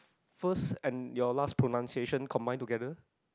first and your last pronunciation combine together